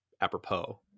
apropos